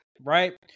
right